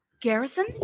Garrison